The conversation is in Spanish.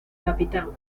capitán